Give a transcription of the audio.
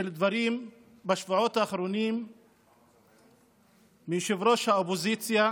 של דברים בשבועות האחרונים מראש האופוזיציה